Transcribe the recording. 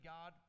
God